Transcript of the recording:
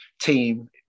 team